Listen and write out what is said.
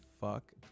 Fuck